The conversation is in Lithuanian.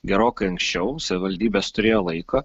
gerokai anksčiau savivaldybės turėjo laiko